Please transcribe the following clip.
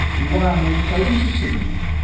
and why are men so interested in them?